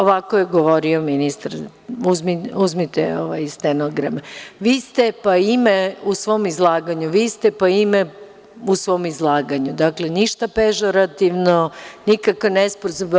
Ovako je govorio ministar, uzmite stenogram - vi ste, pa ime, u svom izlaganju, vi ste, pa ime, u svom izlaganju, dakle, ništa pežorativno, nikakav nesporazum.